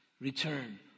Return